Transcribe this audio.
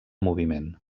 moviment